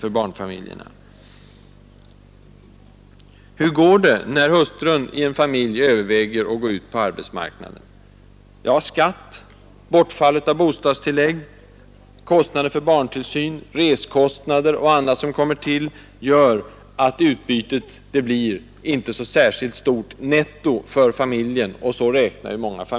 Och hur går det när hustrun i en familj överväger att ge sig ut på arbetsmarknaden? Skatt, bortfall av bostadstillägg, kostnader för barntillsyn, resekostnader och annat, som kommer till, gör att nettoutbytet för familjen som helhet inte blir så stort, och så räknar ju många.